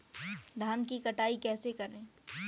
धान की कटाई कैसे करें?